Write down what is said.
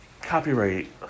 copyright